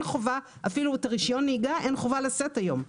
אפילו את רשיון הנהיגה אין חובה לשאת היום.